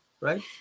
Right